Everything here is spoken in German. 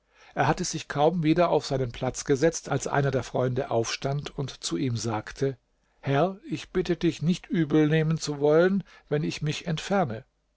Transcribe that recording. er hatte sich kaum wieder auf seinen platz gesetzt als einer der freunde aufstand und zu ihm sagte herr ich bitte dich nicht übel nehmen zu wollen wenn ich mich entferne